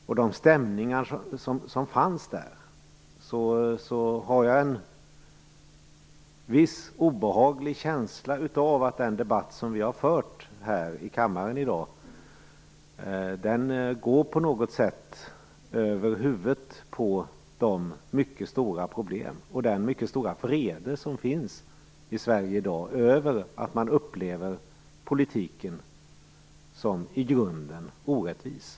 Med tanke på de stämningar som fanns där, har jag en viss obehaglig känsla av att den debatt vi har fört här i kammaren i dag på något sätt går över huvudet på de mycket stora problem och den mycket stora vrede som finns i Sverige i dag över att man upplever politiken som i grunden orättvis.